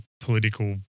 political